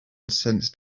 sensed